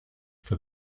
for